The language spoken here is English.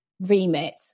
Remit